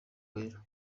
wera